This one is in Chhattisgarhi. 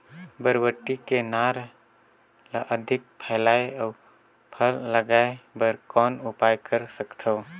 बरबट्टी के नार ल अधिक फैलाय अउ फल लागे बर कौन उपाय कर सकथव?